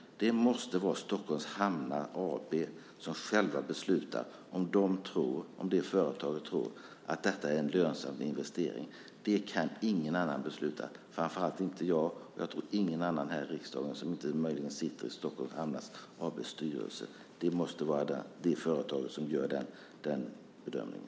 Det måste vara Stockholms Hamnar AB som självt beslutar om det företaget tror är en lönsam investering. Det kan ingen annan besluta. Framför allt inte jag, och jag tror ingen annan här i riksdagen som inte möjligen sitter i Stockholms Hamn AB:s styrelse. Det måste vara det företaget som gör den bedömningen.